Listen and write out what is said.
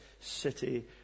city